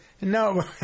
No